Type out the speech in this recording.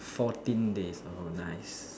fourteen days oh nice